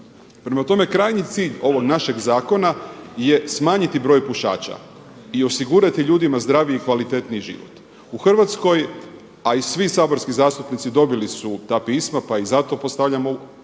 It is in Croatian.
Prema tome, krajnji cilj ovog našeg zakona je smanjiti broj pušača i osigurati ljudima zdraviji i kvalitetniji život. U Hrvatskoj a i svi saborski zastupnici dobili su ta pisma pa im zato postavljam kroz